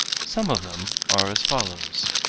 some of them are as follows